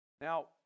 now